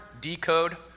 decode